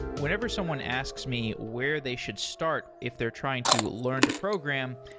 whenever someone asks me where they should start if they're trying to learn to program,